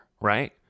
Right